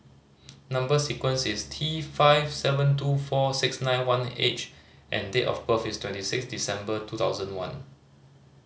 number sequence is T five seven two four six nine one H and date of birth is twenty six December two thousand one